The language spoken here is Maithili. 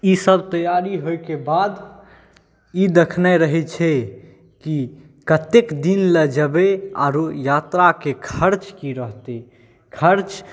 ई सभ तैयारी होएके बाद ई देखनाइ रहै छै कि कतेक दिन लए जेबै आरो यात्राके खर्च की रहतै खर्च